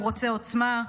הוא רוצה עוצמה,